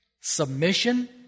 submission